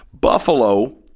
Buffalo